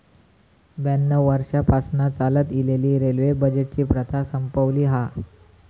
ब्याण्णव वर्षांपासना चालत इलेली रेल्वे बजेटची प्रथा संपवली हा